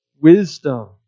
wisdom